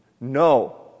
No